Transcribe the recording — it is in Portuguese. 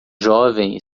jovem